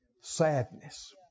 sadness